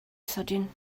sydyn